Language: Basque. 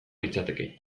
litzateke